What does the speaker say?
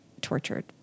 tortured